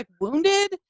wounded